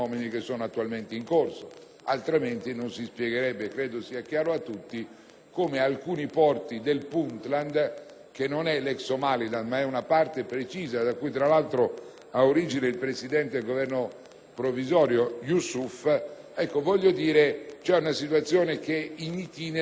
altrimenti non si spiegherebbe - credo sia chiaro a tutti - come in alcuni porti del Puntland, che non l'ex Somaliland ma è una parte precisa da cui, tra l'altro, ha origine il presidente del Governo provvisorio Youssouf, c'è una situazione *in itinere* che va sempre più peggiorando.